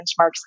benchmarks